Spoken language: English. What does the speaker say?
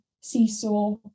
seesaw